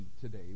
today